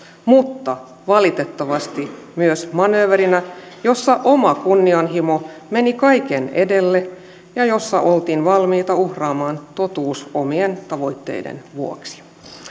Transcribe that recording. mutta valitettavasti myös manööverinä jossa oma kunnianhimo meni kaiken edelle ja jossa oltiin valmiita uhraamaan totuus omien tavoitteiden vuoksi